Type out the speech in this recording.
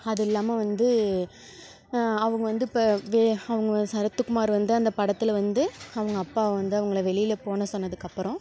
அது இல்லாமல் வந்து அவங்க வந்து இப்போ வே அவங்க சரத்துக்குமார் வந்து அந்த படத்தில் வந்து அவங்க அப்பா வந்து அவங்கள வெளியில போன சொன்னதுக்கப்புறோம்